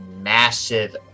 massive